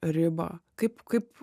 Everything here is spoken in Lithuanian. ribą kaip kaip